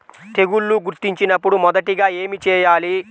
తెగుళ్లు గుర్తించినపుడు మొదటిగా ఏమి చేయాలి?